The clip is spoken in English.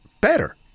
better